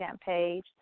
page